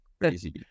crazy